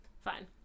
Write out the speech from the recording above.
fine